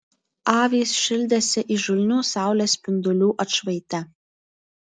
avys šildėsi įžulnių saulės spindulių atšvaite